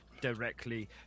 directly